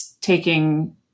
taking